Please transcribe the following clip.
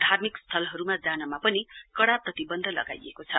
धार्मिक स्थलहरूमा जानमा पनि कडा प्रतिबन्ध लगाइएको छ